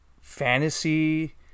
fantasy